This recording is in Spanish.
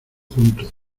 juntos